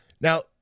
Now